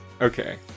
Okay